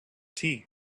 tea